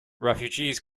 refugees